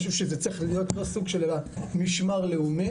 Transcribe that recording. אני חושב שזה צריך להיות לא סוג של אלא משמר לאומי,